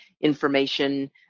information